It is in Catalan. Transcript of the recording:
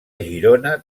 girona